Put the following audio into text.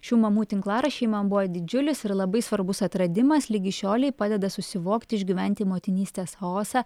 šių mamų tinklaraščiai man buvo didžiulis ir labai svarbus atradimas ligi šiolei padeda susivokti išgyventi motinystės chaosą